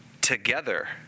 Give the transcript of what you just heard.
together